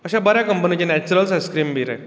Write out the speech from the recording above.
अश्या बऱ्या कंपनीचे नॅचूरल्स आयस्क्रिम बी रे